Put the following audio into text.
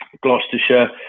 Gloucestershire